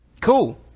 Cool